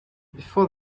before